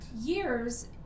years